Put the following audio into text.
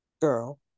Girl